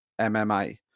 MMA